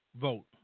vote